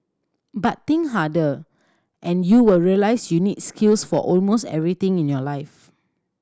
but think harder and you will realise you need skills for almost everything in your life